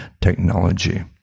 technology